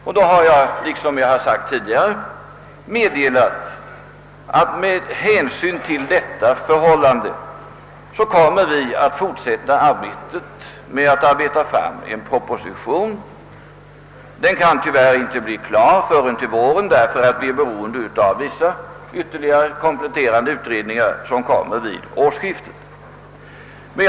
Under sådana förhållanden kommer vi, som jag tidigare meddelat, att fortsätta arbetet med att få fram en proposition. Den kan tyvärr inte bli klar förrän till våren, eftersom arbetet är beroende av vissa kompletterande utredningar som kommer att föreligga först vid årsskiftet.